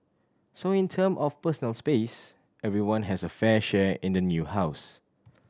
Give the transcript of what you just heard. so in term of personal space everyone has a fair share in the new house